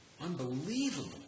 Unbelievable